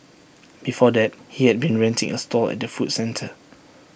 before that he had been renting A stall at the food centre